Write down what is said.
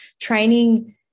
training